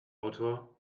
autor